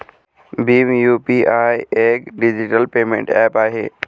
Bhim UPI एक digital payment app आहे